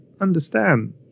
understand